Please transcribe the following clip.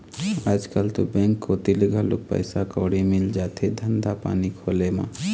आजकल तो बेंक कोती ले घलोक पइसा कउड़ी मिल जाथे धंधा पानी खोले म